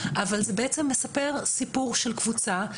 אבל זה בעצם מספר סיפור של קבוצה,